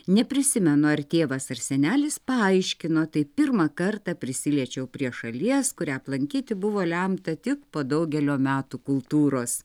neprisimenu ar tėvas ar senelis paaiškino taip pirmą kartą prisiliečiau prie šalies kurią aplankyti buvo lemta tik po daugelio metų kultūros